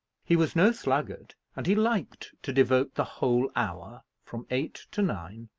he was no sluggard and he liked to devote the whole hour, from eight to nine,